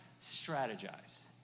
strategize